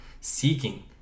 seeking